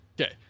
Okay